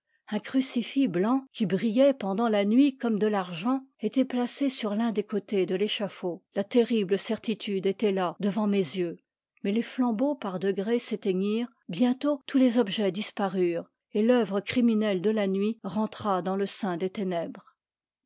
un crucifix blanc qui brillait pendant la nuit comme de l'ar gent était placé sur l'un des côtés de l'échafaud la terrible certitude était là devant mes yeux mais les flambeaux par degrés s'éteignirent bientôt tous les objets disparurent et t'œuvre crik minelle de la nuit rentra dans le sein des ténèa